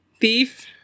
Thief